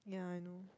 yeah I know